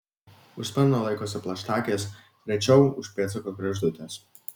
už sparno laikosi plaštakės rečiau už pėdsako kregždutės